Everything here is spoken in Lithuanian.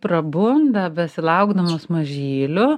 prabunda besilaukdamos mažylių